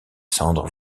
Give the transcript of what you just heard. cendres